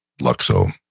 Luxo